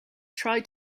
try